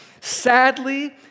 Sadly